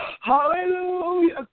Hallelujah